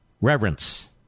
Reverence